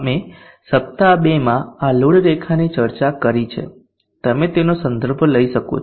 અમે સપ્તાહ 2 માં આ લોડ રેખાની ચર્ચા કરી છે તમે તેનો સંદર્ભ લઈ શકો છો